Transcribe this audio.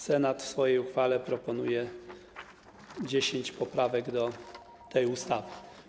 Senat w swojej uchwale proponuje 10 poprawek do tej ustawy.